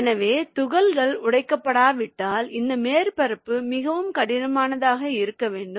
எனவே துகள்கள் உடைக்கப்படாவிட்டால் இந்த மேற்பரப்பு மிகவும் கடினமாக இருக்க வேண்டும்